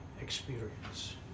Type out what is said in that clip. experience